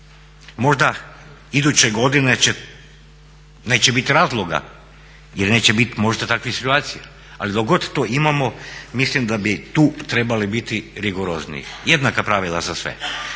možda iduće godine će, neće biti razloga jer neće biti možda takvih situacija, ali dok god to imamo mislim da bi tu trebali biti rigorozniji. Jednaka pravila za sve.